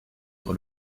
être